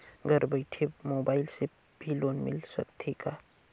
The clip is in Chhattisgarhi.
घर बइठे मोबाईल से भी लोन मिल सकथे का?